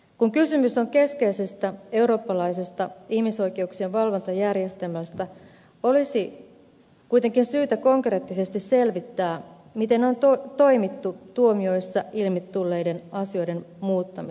kun kysymys on keskeisestä eurooppalaisesta ihmisoikeuksien valvontajärjestelmästä olisi kuitenkin syytä konkreettisesti selvittää miten on toimittu tuomioissa ilmi tulleiden asioiden muuttamiseksi